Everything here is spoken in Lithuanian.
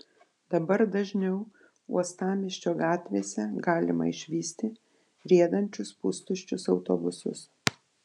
dabar dažniau uostamiesčio gatvėse galima išvysti riedančius pustuščius autobusus